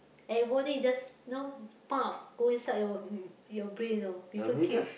everybody is just you know go inside your mm your brain you know people keep